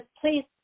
Please